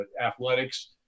athletics